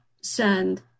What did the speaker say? send